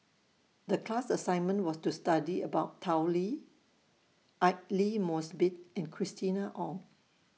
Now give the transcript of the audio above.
The class assignment was to study about Tao Li Aidli Mosbit and Christina Ong